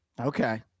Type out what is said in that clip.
Okay